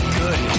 good